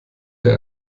der